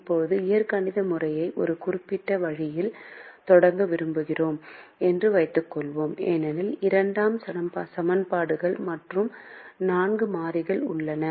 இப்போது இயற்கணித முறையை ஒரு குறிப்பிட்ட வழியில் தொடங்க விரும்புகிறோம் என்று வைத்துக் கொள்வோம் ஏனெனில் 2 சமன்பாடுகள் மற்றும் 4 மாறிகள் உள்ளன